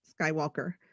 Skywalker